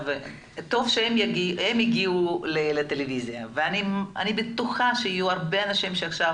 הם הגיעו לטלויזיה ואני בטוחה שיהיו הרבה אנשים שעכשיו